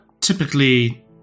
typically